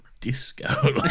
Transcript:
disco